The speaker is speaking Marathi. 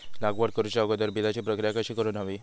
लागवड करूच्या अगोदर बिजाची प्रकिया कशी करून हवी?